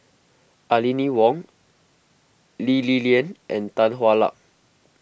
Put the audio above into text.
Aline Wong Lee Li Lian and Tan Hwa Luck